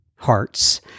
Hearts